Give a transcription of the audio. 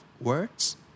words